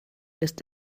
ist